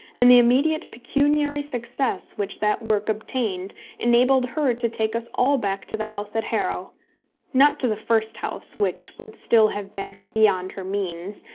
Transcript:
and the immediate pecuniary success which that work obtained enabled her to take us all back to the house at harrow not to the first house, which would still have been beyond her means,